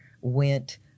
went